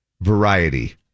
variety